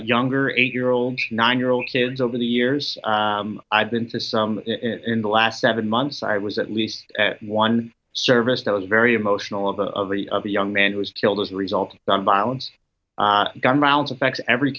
younger eight year olds nine year old kids over the years i've been to some in the last seven months i was at least one service that was very emotional of the of the of the young man who was killed as a result of some violence gun rounds affects every